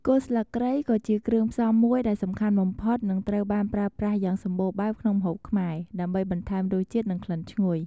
គល់ស្លឹកគ្រៃក៏ជាគ្រឿងផ្សំមួយដែលសំខាន់បំផុតនិងត្រូវបានប្រើប្រាស់យ៉ាងសម្បូរបែបក្នុងម្ហូបខ្មែរ ដើម្បីបន្ថែមរសជាតិ និងក្លិនឈ្ងុយ។